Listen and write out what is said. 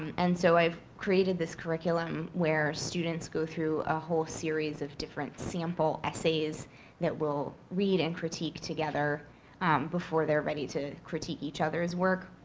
and so i've created this curriculum where students go through a whole series of different sample essays that we'll read and critique together before they're ready to critique each other's work.